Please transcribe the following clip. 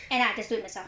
end up I just do it myself